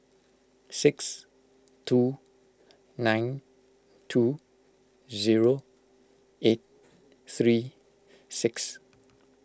six two nine two zero eight three six